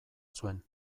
zuen